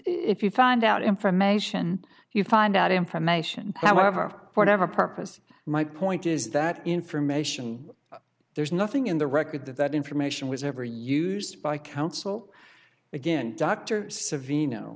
if you find out information you find out information however of whatever purpose my point is that information there's nothing in the record that that information was ever used by counsel again d